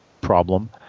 problem